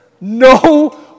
No